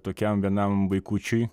tokiam vienam vaikučiui